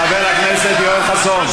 חבר הכנסת יואל חסון.